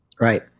Right